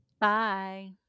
Bye